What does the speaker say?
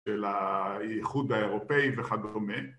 של האיחוד האירופאי וכדומה